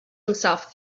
himself